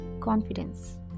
confidence